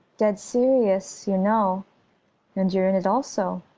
dead serious, you know and you're in it also,